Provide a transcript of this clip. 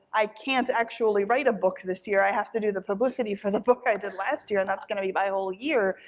i can't actually write a book this year. i have to do the publicity for the book i did last year, and that's gonna be my whole year,